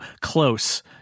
close